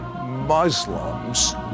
Muslims